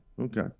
Okay